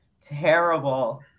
terrible